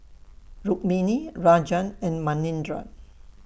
Rukmini Rajan and Manindra